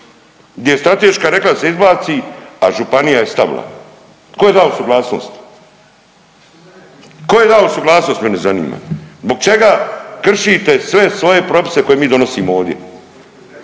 gdje je strateška rekla da se izbaci, a županija je stavila. Tko je dao suglasnost? Tko je dao suglasnost mene zanima? Zbog čega kršite sve svoje propise koje mi donosimo ovdje?